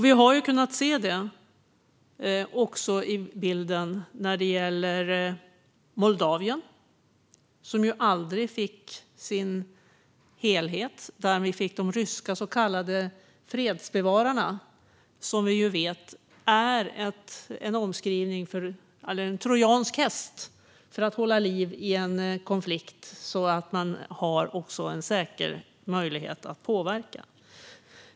Vi har kunnat se denna bild också när det gäller Moldavien, som ju aldrig fick sin helhet. Där fick vi de ryska så kallade fredsbevararna, som vi ju vet är en trojansk häst för att hålla liv i en konflikt så att man också har en säker möjlighet att påverka.